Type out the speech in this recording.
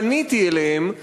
פניתי אליהם,